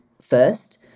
first